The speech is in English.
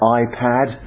iPad